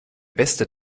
beste